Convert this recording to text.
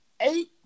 eight